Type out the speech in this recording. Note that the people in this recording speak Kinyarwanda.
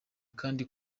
kandi